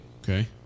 Okay